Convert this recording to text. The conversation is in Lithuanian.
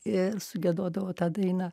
ir sugiedodavo tą dainą